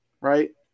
Right